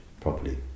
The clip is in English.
properly